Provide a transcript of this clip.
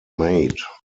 made